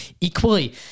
Equally